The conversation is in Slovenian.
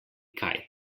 kaj